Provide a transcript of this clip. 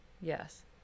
Yes